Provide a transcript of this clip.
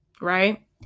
Right